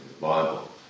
Bible